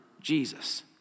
Jesus